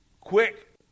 Quick